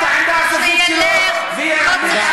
לקבוע את העמדה הסופית שלו, תודה רבה.